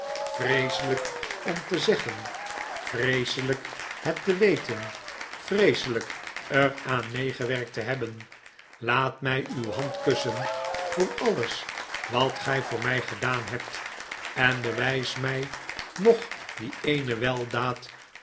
vreeselijk om te zeggen vreeselijk het te weten vreeselijk er aan meegewerkt te hebben laat mij uw hand kussen voor alles wat gij voor mij gedaan hebt en bewijs mij nog die eene weldaad